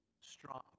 strong